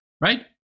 Right